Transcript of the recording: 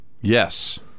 Yes